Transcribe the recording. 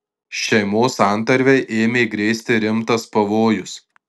šeimos santarvei ėmė grėsti rimtas pavojus